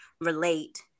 relate